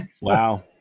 Wow